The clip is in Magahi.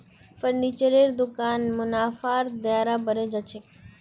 फर्नीचरेर दुकानत मुनाफार दायरा बढ़े जा छेक